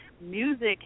music